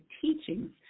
teachings